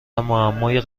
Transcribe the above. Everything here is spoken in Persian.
معمای